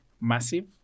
massive